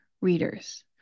readers